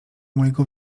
mojego